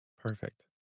perfect